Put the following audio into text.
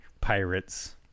pirates